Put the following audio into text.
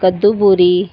ਕੱਦੂ ਬੂਰੀ